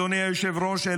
אדוני היושב-ראש,